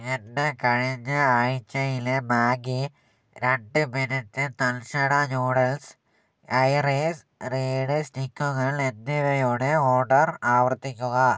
എന്റെ കഴിഞ്ഞ ആഴ്ചയിലെ മാഗി രണ്ട് മിനിറ്റ് തൽക്ഷണ നൂഡിൽസ് ഐറിസ് റീഡ് സ്റ്റിക്കുകൾ എന്നിവയുടെ ഓർഡർ ആവർത്തിക്കുക